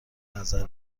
نظر